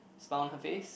smile on her face